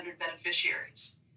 beneficiaries